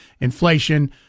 inflation